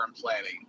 planning